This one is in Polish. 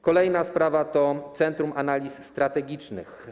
Kolejna sprawa to Centrum Analiz Strategicznych.